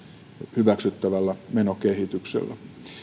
hyväksyttävällä menokehityksellä